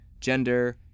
gender